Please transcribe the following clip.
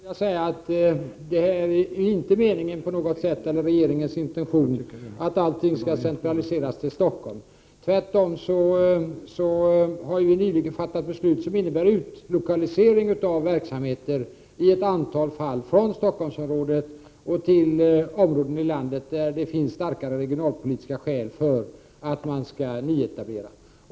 Herr talman! Till Eva Goés vill jag säga att det inte på något sätt är regeringens intention att allting skall centraliseras till Stockholm. Tvärtom har vi nyligen fattat beslut om utlokalisering av verksamheter i ett antal fall från Stockholmsområdet till områden i landet där det finns starka regionalpolitiska skäl för nyetablering.